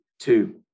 two